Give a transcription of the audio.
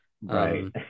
Right